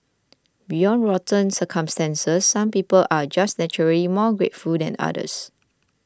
beyond rotten circumstances some people are just naturally more grateful than others